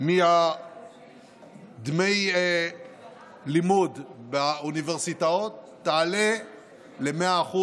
מדמי הלימוד באוניברסיטאות, תעלה ל-100%.